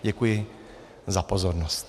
Děkuji za pozornost.